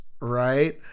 right